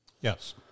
Yes